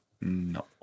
No